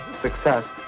success